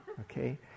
Okay